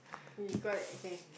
you got okay